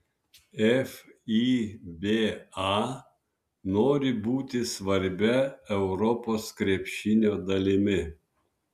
fiba nori būti svarbia europos krepšinio dalimi